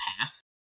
path